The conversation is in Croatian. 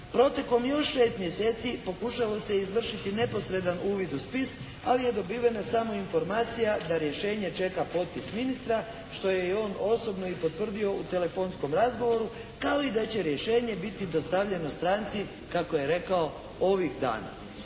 Protekom još šest mjeseci pokušalo se izvršiti neposredan uvid u spis, ali je dobivena samo informacija da rješenje čeka potpis ministra što je on osobno i potvrdio u telefonskom razgovoru kao da će rješenje biti dostavljeno stranci kako je rekao ovih dana,